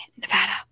Nevada